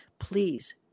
Please